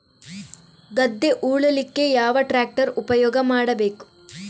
ಗದ್ದೆ ಉಳಲಿಕ್ಕೆ ಯಾವ ಟ್ರ್ಯಾಕ್ಟರ್ ಉಪಯೋಗ ಮಾಡಬೇಕು?